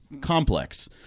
complex